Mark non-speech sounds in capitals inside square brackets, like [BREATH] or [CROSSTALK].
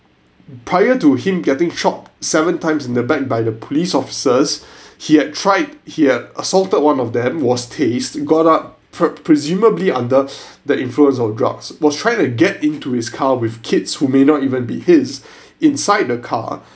prior to him getting shot seven times in the back by the police officers [BREATH] he had tried he assaulted one of them was tased got up pre~ presumably under the influence of drugs was trying to get into his car with kids who may not even be his [BREATH] inside the car